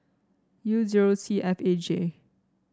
U zero C F A J